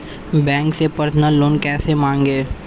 Bank से personal loan कैसे मांगें?